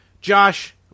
Josh